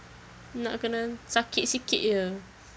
nak kena sakit sikit jer